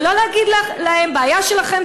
ולא להגיד להם: בעיה שלכם,